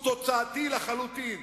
הוא תוצאתי לחלוטין.